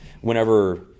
whenever